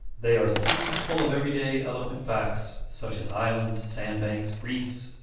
they are seas full of every-day, eloquent facts, such as islands, sand-banks, reefs,